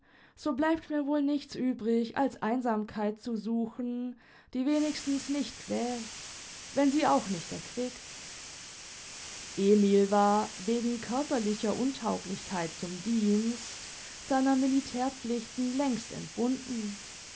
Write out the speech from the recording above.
so bleibt mir wohl nichts übrig als einsamkeit zu suchen die wenigstens nicht quält wenn sie auch nicht erquickt emil war wegen körperlicher untauglichkeit zum dienst seiner militärpflichten längst entbunden